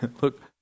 look